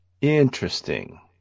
Interesting